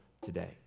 today